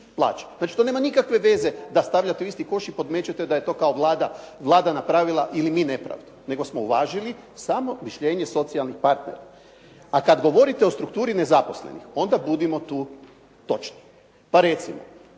Znači to nema nikakve veze da stavljate u isti koš i podmećete da je to kao Vlada napravila ili mi nepravdu, nego smo uvažili samo mišljenje socijalnih partnera. A kad govorite o strukturi nezaposlenih, onda budimo tu točni pa recimo,